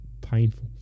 painful